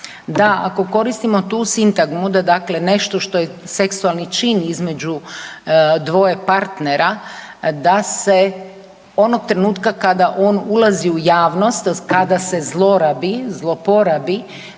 da ako koristimo tu sintagmu da dakle nešto što je seksualni čin između dvoje partnera da se onog trenutka kada on ulazi u javnost, kada se zlorabi, zloporabi,